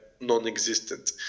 non-existent